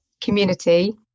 community